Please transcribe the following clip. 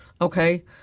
Okay